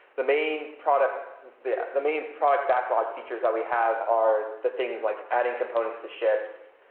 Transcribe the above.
the main product the the main product backlog features that we have are the things like adding components to ships,